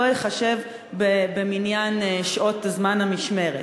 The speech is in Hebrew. לא ייחשב במניין שעות זמן המשמרת.